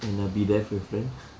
and uh be there for your friend